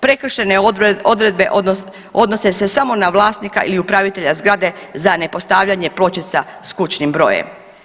Prekršaje odredbe odnose se samo na vlasnika ili upravitelja zgrade za ne postavljanje pločica s kućnim brojem.